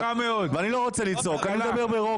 אל תפגעו בפעילות של